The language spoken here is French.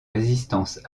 résistance